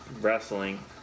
Wrestling